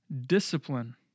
Discipline